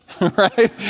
right